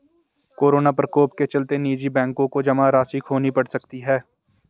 corona प्रकोप के चलते निजी बैंकों को जमा राशि खोनी पढ़ सकती है